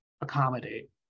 accommodate